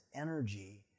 energy